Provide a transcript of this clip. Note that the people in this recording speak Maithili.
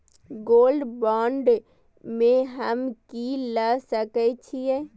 गोल्ड बांड में हम की ल सकै छियै?